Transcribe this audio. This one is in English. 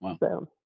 Wow